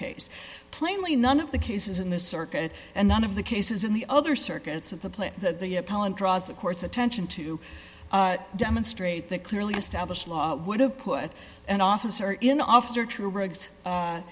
case plainly none of the cases in the circuit and none of the cases in the other circuits of the plate the pollen draws the court's attention to demonstrate that clearly established law would have put an officer in